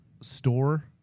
store